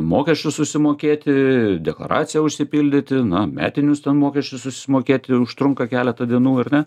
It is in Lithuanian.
mokesčius susimokėti deklaraciją užsipildyti na metinius ten mokesčius susimokėti užtrunka keletą dienų ir ne